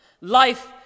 Life